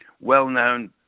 well-known